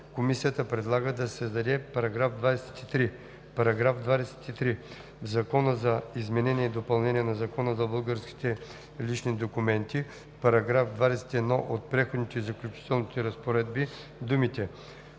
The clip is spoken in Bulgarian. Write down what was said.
Комисията предлага да се създаде § 23: „§ 23. В Закона за изменение и допълнение на Закона за българските лични документи (обн., ДВ, бр. …) в § 21 от преходните и заключителните разпоредби думите